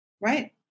Right